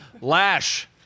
Lash